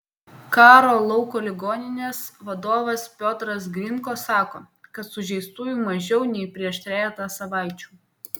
karo lauko ligoninės vadovas piotras grinko sako kad sužeistųjų mažiau nei prieš trejetą savaičių